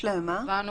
שקבענו